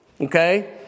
Okay